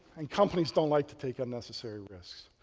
and companies don't like to take unnecessary risks.